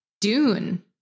Dune